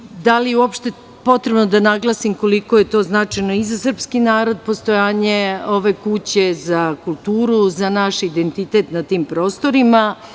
Ne znam da li je uopšte potrebno da naglasim koliko je to značajno i za srpski narod postojanje ove kuće za kulturu, za naš identitet na tim prostorima.